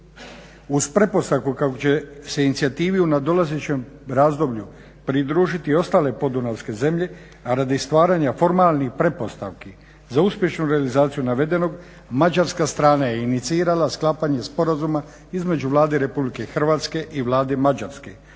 Uz pretpostavku kako će se inicijativi u nadolazećem razdoblju pridružiti ostale podunavske zemlje radi stvaranja formalnih pretpostavki za uspješnu realizaciju navedenog Mađarska strana je inicirala sklapanje sporazuma između Vlade RH i Vlade Mađarske